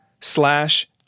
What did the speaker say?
slash